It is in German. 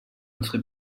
unsere